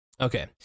okay